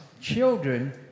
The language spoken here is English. children